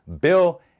Bill